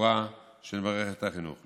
ושיפורה של מערכת החינוך.